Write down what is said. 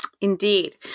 Indeed